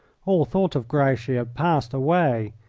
all thought of grouchy had passed away.